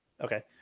Okay